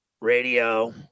radio